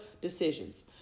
decisions